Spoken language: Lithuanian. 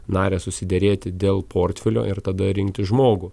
narės susiderėti dėl portfelio ir tada rinkti žmogų